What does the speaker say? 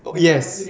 yes